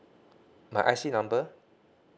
my I_C number